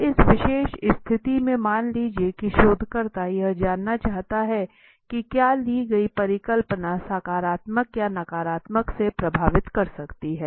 तो इस विशेष स्थिति में मान लीजिए कि शोधकर्ता यह जानना चाहता है कि क्या ली गई परिकल्पना सकारात्मक या नकारात्मक में प्रभावित कर सकती है